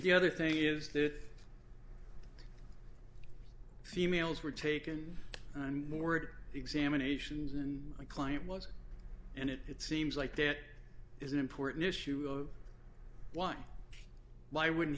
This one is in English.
the other thing is that females were taken and mort examinations and my client was and it seems like there is an important issue of why why would